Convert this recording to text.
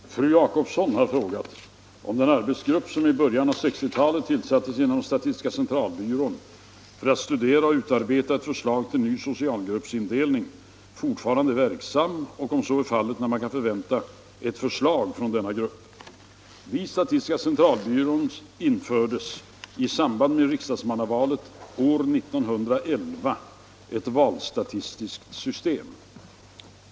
Herr talman! Fru Jacobsson har frågat mig om den arbetsgrupp som i början av 1960-talet tillsattes inom statistiska centralbyrån för att studera och utarbeta ett förslag till ny socialgruppsindelning fortfarande är verksam och, om så är fallet, när man kan förvänta sig ett förslag från denna grupp. Vid statistiska centralbyrån infördes i samband med riksdagsmannavalet år 1911 ett valstatistiskt system.